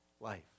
life